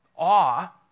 awe